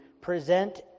present